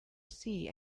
sea